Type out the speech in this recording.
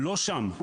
לא שם.